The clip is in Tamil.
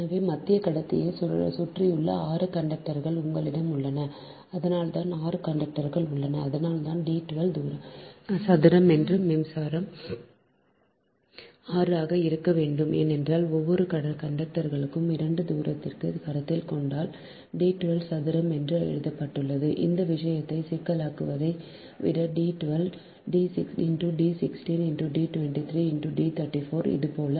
எனவே மத்திய கடத்தியைச் சுற்றியுள்ள 6 கண்டக்டர்கள் உங்களிடம் உள்ளன அதனால்தான் 6 கண்டக்டர்கள் உள்ளன அதனால்தான் D 12 சதுரம் அல்லது மின்சாரம் 6 ஆக இருக்க வேண்டும் ஏனென்றால் ஒவ்வொரு கண்டக்டரும் 2 தூரத்தை கருத்தில் கொண்டால் D 12 சதுரம் என்று எழுதப்பட்டுள்ளது அந்த விஷயத்தை சிக்கலாக்குவதை விட D 12 × D 16 × D 2 3 × D 34 இது போல